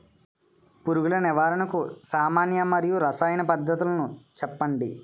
పురుగుల నివారణకు సామాన్య మరియు రసాయన పద్దతులను చెప్పండి?